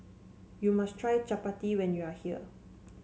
you must try Chapati when you are here